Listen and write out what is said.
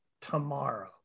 tomorrow